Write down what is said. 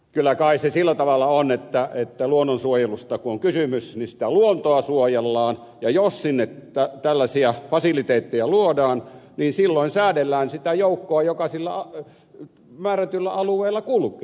kyllä kai se sillä tavalla on että luonnonsuojelusta kun on kysymys niin sitä luontoa suojellaan ja jos sinne tällaisia fasiliteetteja luodaan niin silloin säädellään sitä joukkoa joka sillä määrätyllä alueella kulkee